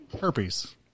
herpes